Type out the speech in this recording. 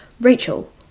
Rachel